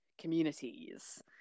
communities